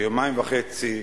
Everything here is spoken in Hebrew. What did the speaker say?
כיומיים וחצי,